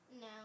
No